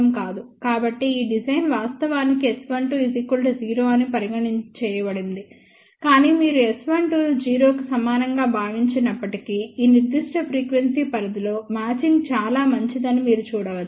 కాబట్టి ఈ డిజైన్ వాస్తవానికి S12 0 అని పరిగణించి చేయబడినది కానీ మీరు S12 ను 0 కి సమానంగా భావించినప్పటికీ ఈ నిర్దిష్ట ఫ్రీక్వెన్సీ పరిధిలో మ్యాచింగ్ చాలా మంచిది అని మీరు చూడవచ్చు